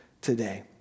today